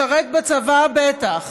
לשרת בצבא, בטח,